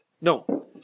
No